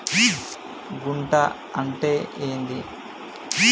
గుంట అంటే ఏంది?